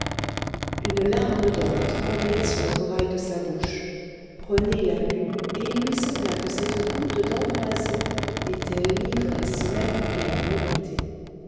une larme d'or tremblait sur le corail de sa bouche rené la but et il lui sembla que cette goutte d'ambroisie était l'ivresse même et la volupté